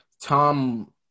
Tom